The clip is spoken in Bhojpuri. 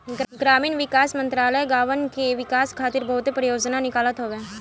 ग्रामीण विकास मंत्रालय गांवन के विकास खातिर बहुते परियोजना निकालत हवे